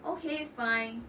okay fine